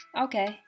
Okay